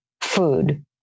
food